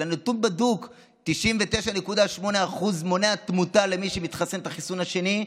אלא נתון בדוק: ב-99.8% זה מונע תמותה למי שמתחסן חיסון שני,